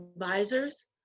advisors